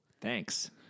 thanks